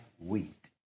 wheat